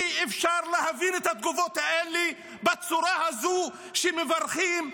אי-אפשר להבין את התגובות האלה בצורה הזו כשמברכים.